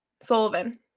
Sullivan